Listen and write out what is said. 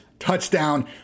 Touchdown